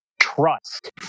trust